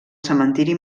cementiri